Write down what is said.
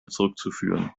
zurückzuführen